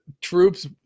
troops